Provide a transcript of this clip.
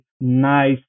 nice